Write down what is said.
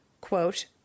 quote